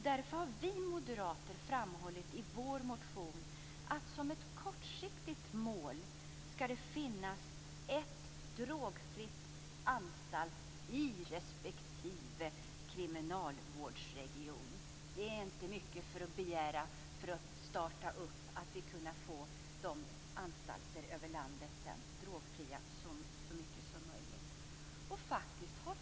Därför har vi moderater framhållit i vår motion att som ett kortsiktigt mål skall det finnas en drogfri anstalt i respektive kriminalvårdsregion - det är inte mycket att begära - för att sedan kunna starta så många drogfria anstalter i hela landet.